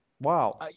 Wow